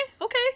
Okay